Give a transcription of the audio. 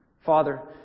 Father